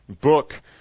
book